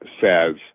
says